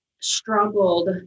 struggled